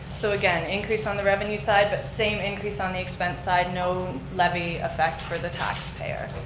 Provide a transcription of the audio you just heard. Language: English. so again, increase on the revenue side but same increase on the expense side, no levy effect for the taxpayer.